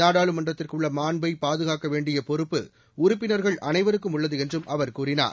நாடாளுமன்றத்திற்கு உள்ள மாண்பை பாதுகாக்க வேண்டிய பொறுப்பு உறுப்பினர்கள் அனைவருக்கும் உள்ளது என்றும் அவர் கூறினார்